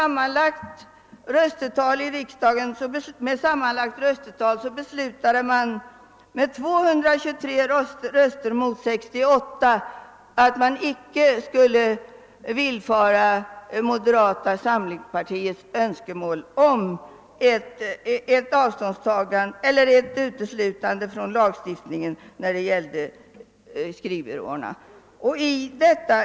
Med det sammanlagda röstetalet 223 mot 68 beslutade riksdagen alltså alt moderata samlingspartiets önskemål om ett undantag för de ambulerande skrivbyråerna från lagstiftningsförbudet icke skulle villfaras.